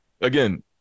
again